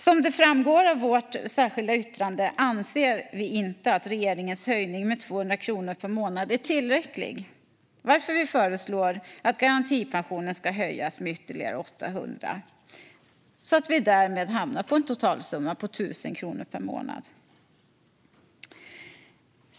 Som framgår av vårt särskilda yttrande anser vi inte att regeringens höjning med 200 kronor per månad är tillräcklig, varför vi föreslår att garantipensionen höjs med ytterligare 800 kronor och därmed hamnar på en totalsumma på 1 000 kronor per månad.